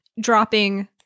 dropping